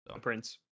Prince